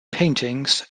paintings